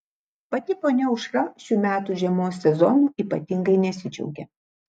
pati ponia aušra šių metų žiemos sezonu ypatingai nesidžiaugia